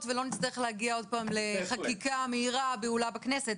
ולא נצטרך להגיע עוד פעם לחקיקה בהולה בכנסת.